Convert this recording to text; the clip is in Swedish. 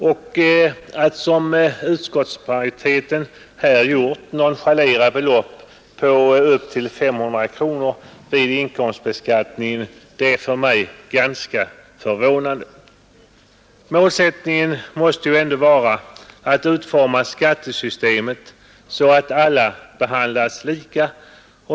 Det är då för mig ganska förvånande att utskottsmajoriteten som här skett kan nonchalera belopp på upp till 500 kronor vid inkomstbeskattningen. Målsättningen måste ändå vara att utforma skattesystemet så att alla behandlas lika.